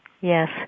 Yes